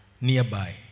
Nearby